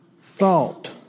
thought